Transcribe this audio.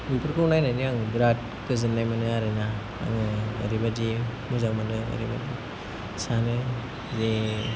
बेफोरखौ नायनानै आं बिराद गोजोननाय मोनो आरोना आङो ओरैबादि मोजां मोनो ओरैबादि सानो जे